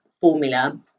formula